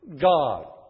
God